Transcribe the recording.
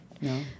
No